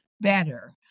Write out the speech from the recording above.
better